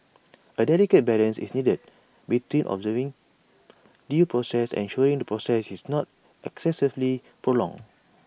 A delicate balance is needed between observing due process and ensuring the process is not excessively prolonged